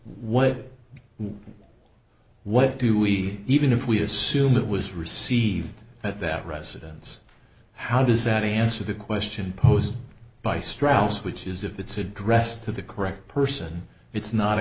what what do we even if we assume it was received at that residence how does that answer the question posed by straus which is if it's addressed to the correct person it's not a